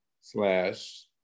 slash